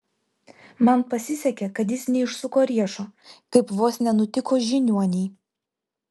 man pasisekė kad jis neišsuko riešo kaip vos nenutiko žiniuonei